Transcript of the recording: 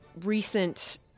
recent